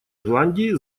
ирландии